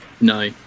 no